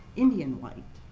indian white.